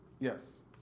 Yes